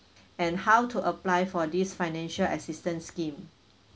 and how to apply for this financial assistance scheme